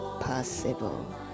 possible